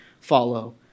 follow